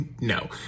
No